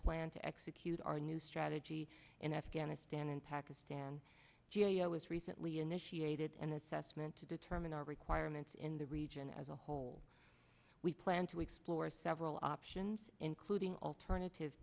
plan to execute our new strategy in afghanistan and pakistan g i was recently initiated an assessment to determine our requirements in the region as a whole we plan to explore several options including alternative